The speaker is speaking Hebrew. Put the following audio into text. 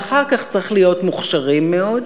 ואחר כך צריך להיות מוכשרים מאוד,